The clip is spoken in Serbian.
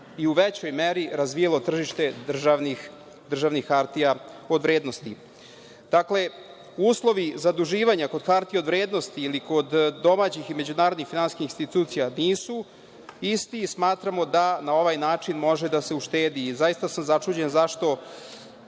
i u većoj meri razvijalo tržište državnih hartija od vrednosti. Dakle, uslovi zaduživanja kod hartija od vrednosti, kod domaćih i međunarodnih finansijskih institucija nisu isti, smatramo da na ovaj način može da se uštedi i zaista sam začuđen, zašto